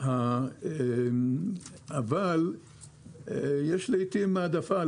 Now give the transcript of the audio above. אבל יש לעתים העדפה.